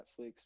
Netflix